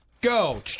go